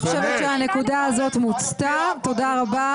אני חושבת שהנקודה הזאת מוצתה, תודה רבה.